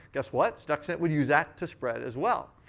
guess what? stuxnet would use that to spread as well.